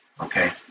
okay